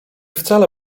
wcale